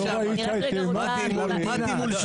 אני רוצה לחזק את הייעוץ המשפטי שאנחנו